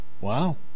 Wow